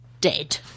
dead